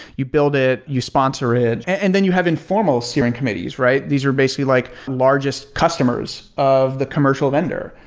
you build it. you sponsor it. and then you have informal steering committees, right? these are basically like largest customers of the commercial vendor.